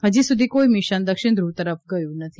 હજી સુધી કોઈ મિશન દક્ષિણ ધુવ તરફ ગયું નથી